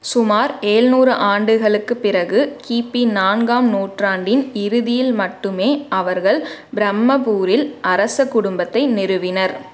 சுமார் ஏழுநூறு ஆண்டுகளுக்குப் பிறகு கிபி நான்காம் நூற்றாண்டின் இறுதியில் மட்டுமே அவர்கள் பிரம்மபூரில் அரச குடும்பத்தை நிறுவினர்